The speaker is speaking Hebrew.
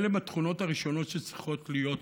אלה הן התכונות הראשונות שצריכות להיות לו.